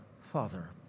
Father